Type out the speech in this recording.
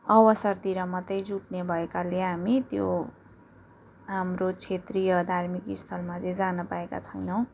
अवसरतिर मात्रै जुट्ने भएकाले हामी त्यो हाम्रो क्षेत्रीय धार्मिक स्थलमा चाहिँ जान पाएका छैनौँ